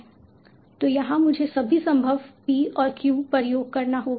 तो यहाँ मुझे सभी संभव p और q पर योग करना होगा